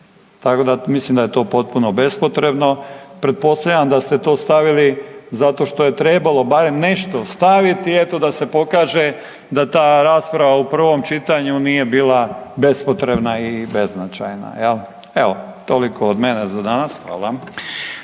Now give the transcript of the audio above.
Tako da mislim da je to potpuno bespotrebno. Pretpostavljam da ste to stavili zato što je trebalo barem nešto staviti eto da se pokaže da ta rasprava u prvom čitanju nije bila bespotrebna i beznačajna, jel. Evo, toliko od mene za danas, hvala.